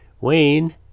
Wayne